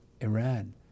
Iran